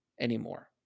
anymore